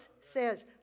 says